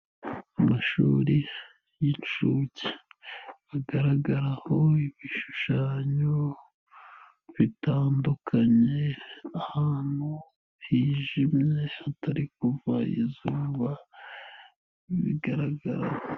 Amashuri y'inshuke agaragaraho ibishushanyo bitandukanye, ahantu hijimye hatari kuva izuba bigaragara.